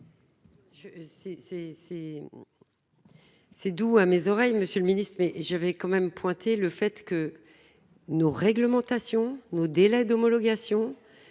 C'est doux à mes oreilles. Monsieur le Ministre, mais j'avais quand même pointé le fait que. Nos réglementations ou aux délais d'homologation.